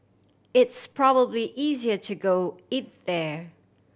it's probably easier to go eat there